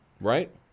right